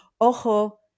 ojo